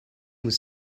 was